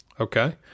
Okay